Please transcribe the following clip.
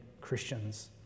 Christians